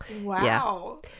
wow